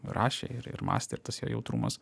rašė ir ir mąstė ir tas jo jautrumas